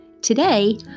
Today